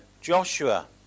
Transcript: Joshua